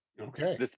Okay